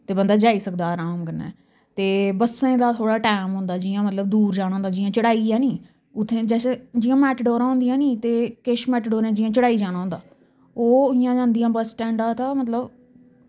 ते बंदा जाई सकदा आराम कन्नै ते बस्सें दा थोह्ड़ा टैम होंदा जियां मतलव दूर जाना होंदा जियां चढ़ाई ऐ निं ते उत्थैं जैसे जियां मेटाडोरां होंदियां निं ते किश मेटाडोरें जियां चढ़ाई जाना होंदा ओह् इं'या गै होंदियां बस स्टैंडां मतलब